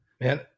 Man